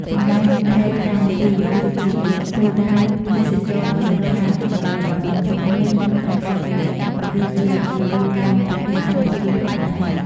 ចំណែកព្រែកកាំពី គឺជាគោលដៅទេសចរណ៍ដ៏សំខាន់ និងល្បីល្បាញបំផុតមួយនៅក្នុងខេត្តក្រចេះ ក៏ដូចជានៅទូទាំងប្រទេសកម្ពុជាផងដែរ ។